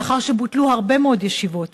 לאחר שבוטלו הרבה מאוד ישיבות,